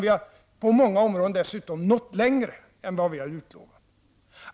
Vi har på många områden dessutom nått längre än vad vi har utlovat.